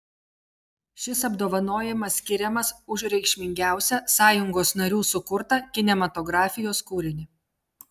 šis apdovanojimas skiriamas už reikšmingiausią sąjungos narių sukurtą kinematografijos kūrinį